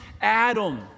Adam